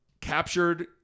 captured